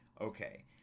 okay